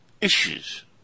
issues